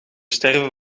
sterven